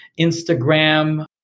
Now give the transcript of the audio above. Instagram